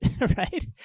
right